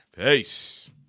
Peace